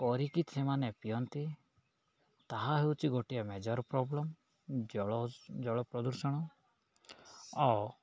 କରିକି ସେମାନେ ପିଅନ୍ତି ତାହା ହେଉଛି ଗୋଟିଏ ମେଜର୍ ପ୍ରୋବ୍ଲେମ୍ ଜଳ ଜଳ ପ୍ରଦୂଷଣ ଆଉ